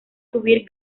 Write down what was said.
subir